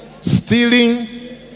Stealing